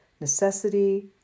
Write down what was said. necessity